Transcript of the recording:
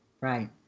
right